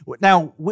Now